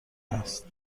است